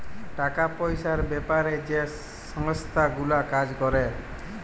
টাকা পয়সার বেপারে যে সংস্থা গুলা কাজ ক্যরে